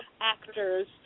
actors